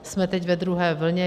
Jsme teď ve druhé vlně.